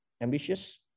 ambitious